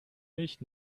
mich